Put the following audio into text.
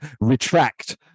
retract